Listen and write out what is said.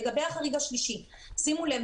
לגבי החריג השלישי שימו לב,